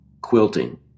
quilting